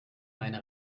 meine